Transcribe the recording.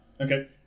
Okay